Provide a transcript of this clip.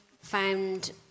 found